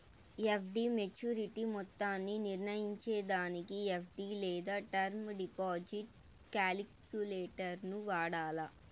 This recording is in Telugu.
ఎఫ్.డి మోచ్యురిటీ మొత్తాన్ని నిర్నయించేదానికి ఎఫ్.డి లేదా టర్మ్ డిపాజిట్ కాలిక్యులేటరును వాడాల